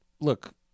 look